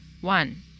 one